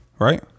Right